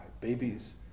Babies